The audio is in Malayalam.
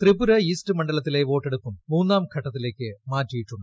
ത്രിപുര ഈസ്റ്റ് മണ്ഡലത്തിലെ വോട്ടെടുപ്പും മൂന്നാം ഘട്ടത്തിലേക്ക് മാറ്റിയിട്ടുണ്ട്